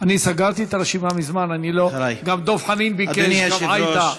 כבוד היושב-ראש,